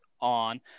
on